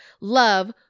Love